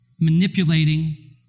manipulating